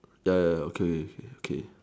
ya ya ya okay okay okay